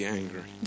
angry